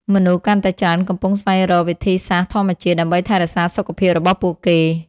មនុស្សកាន់តែច្រើនកំពុង ស្វែងរកវិធីសាស្ត្រធម្មជាតិ ដើម្បីថែរក្សាសុខភាពរបស់ពួកគេ។